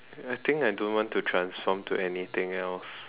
I think I don't want to transform to anything else